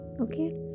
okay